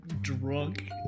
Drunk